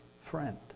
friend